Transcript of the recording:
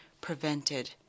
prevented